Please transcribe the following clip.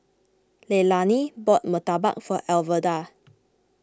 Leilani bought Murtabak for Alverda